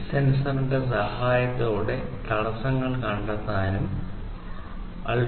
ഈ സെൻസറിന്റെ സഹായത്തോടെ തടസ്സങ്ങൾ കണ്ടെത്താനാകും